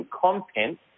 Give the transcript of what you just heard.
content